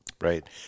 Right